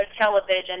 television